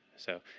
so